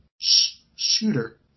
shooter